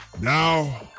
now